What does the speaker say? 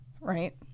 right